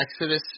Exodus